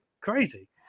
Crazy